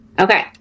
Okay